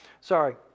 Sorry